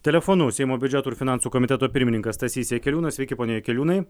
telefonu seimo biudžeto ir finansų komiteto pirmininkas stasys jakeliūnas sveiki pone jakeliūnai